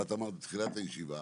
וכמו שאמרת בתחילת הישיבה,